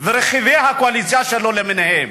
ורכיבי הקואליציה שלו למיניהם,